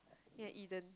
yea Eden